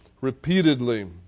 repeatedly